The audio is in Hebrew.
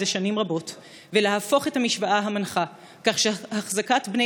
שנים רבות ולהפוך את המשוואה המנחה כך שהחזקת בני